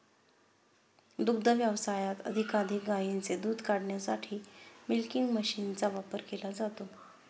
दुग्ध व्यवसायात अधिकाधिक गायींचे दूध काढण्यासाठी मिल्किंग मशीनचा वापर केला जातो